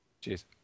Cheers